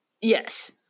yes